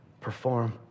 perform